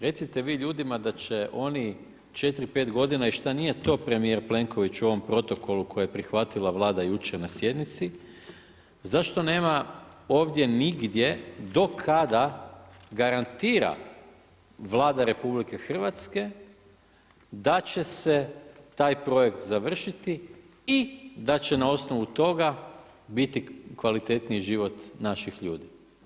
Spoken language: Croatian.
Recite vi ljudima da će oni 4, 5 godina i šta nije to premijer Plenković u ovom protokolu koji je prihvatila Vlada jučer na sjednici, zašto nema ovdje nigdje do kada garantira Vlada RH da će se taj projekt završiti i da će na osnovu toga biti kvalitetniji život naših ljudi.